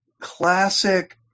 classic